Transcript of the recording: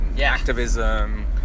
activism